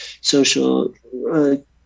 social